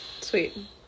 sweet